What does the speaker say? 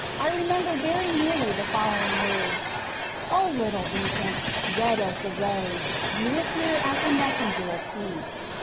i remember very nearly the following words oh, little infant, red as the rose, you appear as the messenger of peace.